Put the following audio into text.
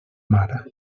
mar